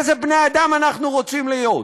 איזה בני אדם אנחנו רוצים להיות.